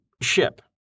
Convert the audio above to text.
ship